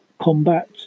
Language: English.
combat